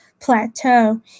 plateau